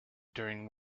during